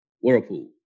Whirlpool